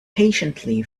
patiently